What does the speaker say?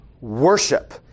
Worship